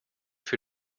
für